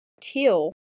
teal